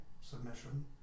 submission